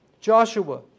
Joshua